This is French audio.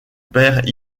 père